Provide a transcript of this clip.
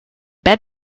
bad